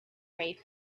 wave